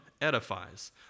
edifies